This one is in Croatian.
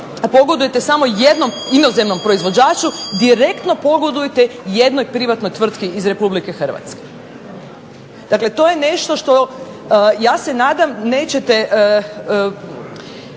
ne pogodujete samo jednom inozemnom proizvođaču, direktno pogodujete jednoj privatnoj tvrtki iz Republike Hrvatske. Dakle, to je nešto što ja se nadam nećete